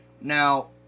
Now